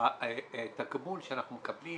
מהתקבול שאנחנו מקבלים